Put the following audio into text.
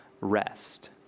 rest